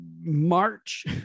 march